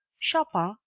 chopin,